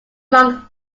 among